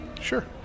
Sure